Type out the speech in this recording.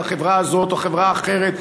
החברה הזאת או חברה אחרת,